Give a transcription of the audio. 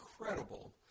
incredible